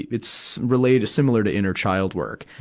it's related, similar to inner-child work.